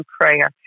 prayer